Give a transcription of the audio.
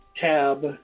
tab